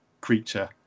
creature